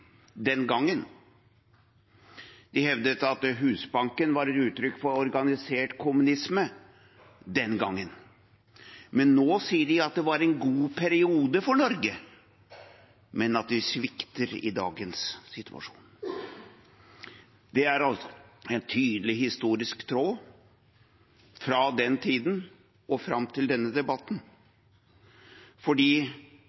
den gangen. De hevdet at Husbanken var et uttrykk for organisert kommunisme – den gangen. Men nå sier de at det var en god periode for Norge, men at vi svikter i dagens situasjon. Det er altså en tydelig historisk tråd fra den tiden og fram til denne